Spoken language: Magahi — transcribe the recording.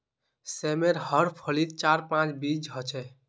सेमेर हर फलीत चार पांच बीज ह छेक